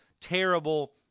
terrible